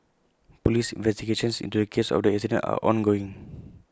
Police investigations into the case of the accident are ongoing